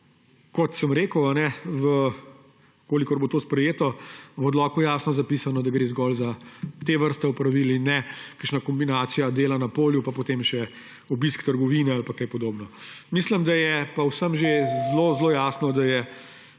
kot sem rekel, če bo to sprejeto, v odloku jasno zapisano, da gre zgolj za te vrste opravil in ne kakšno kombinacijo dela na polju pa potem še obiska trgovine ali pa česa podobnega. Mislim, da je pa vsem že zelo zelo jasno, da je